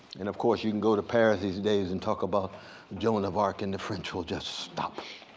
and of course you can go to paris these days and talk about joan of arc and the french will just stop.